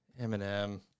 Eminem